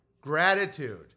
Gratitude